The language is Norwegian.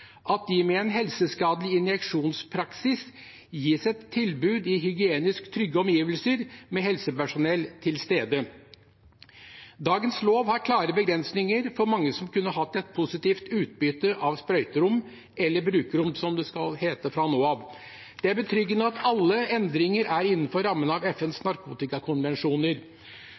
at de med en helseskadelig injeksjonspraksis gis et tilbud i hygienisk trygge omgivelser med helsepersonell til stede Dagens lov har klare begrensninger for mange som kunne hatt et positivt utbytte av sprøyterom – eller brukerrom, som det skal hete fra nå av. Det er betryggende at alle endringer er innenfor rammen av FNs narkotikakonvensjoner.